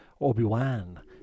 Obi-Wan